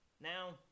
Now